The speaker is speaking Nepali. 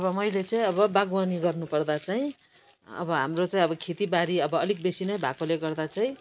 अब मैले चाहिँ अब बागबानी गर्नुपर्दा चाहिँ अब हाम्रो चाहिँ अब खेतीबारी अलिक बेसी नै भएकोले गर्दा चाहिँ